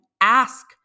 ask